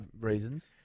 reasons